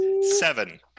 seven